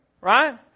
Right